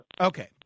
Okay